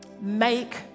make